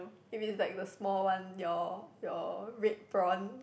if is like the small one your your red prawn